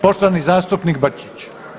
Poštovani zastupnik Brčić.